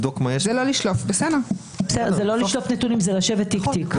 זה לא לשלוף נתונים, זה לשבת תיק תיק.